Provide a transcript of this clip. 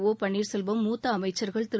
O Panneerselvam மூத்தஅமைச்சர்கள் Thiru